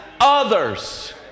others